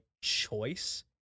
choice